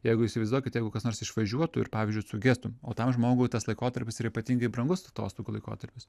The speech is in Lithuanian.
jeigu įsivaizduokit jeigu kas nors išvažiuotų ir pavyzdžiui sugestum o tam žmogui tas laikotarpis yra ypatingai brangus atostogų laikotarpis